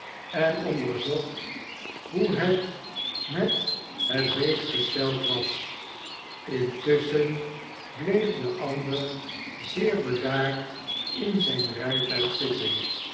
en onderzocht hoe het met het beest gesteld was intusschen bleef de ander zeer bedaard in zijn rijtuig zitten